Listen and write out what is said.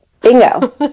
Bingo